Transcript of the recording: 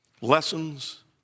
Lessons